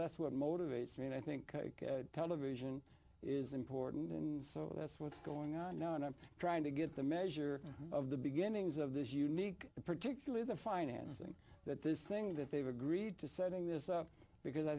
that's what motivates me and i think television is important and so that's what's going on now and i'm trying to get the measure of the beginnings of this unique and particularly the financing that this thing that they've agreed to setting this up because i